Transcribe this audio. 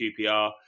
QPR